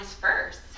first